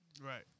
Right